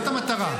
זאת המטרה.